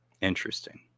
Interesting